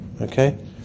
okay